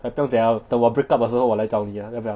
eh 不要紧 lah 等我 break up 的时候我来找你 ah 要不要